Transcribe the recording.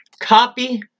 copy